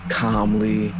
calmly